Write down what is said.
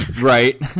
right